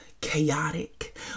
chaotic